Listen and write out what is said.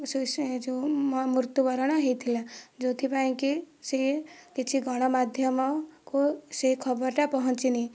suicide ଯେଉଁ ମୃତ୍ୟୁବରଣ ହୋଇଥିଲା ଯେଉଁଥିପାଇଁ କି ସେ କିଛି ଗଣମାଧ୍ୟମକୁ ସେ ଖବରଟା ପହଞ୍ଚିନି